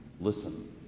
Listen